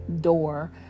door